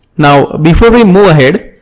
now, before we move ahead,